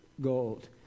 gold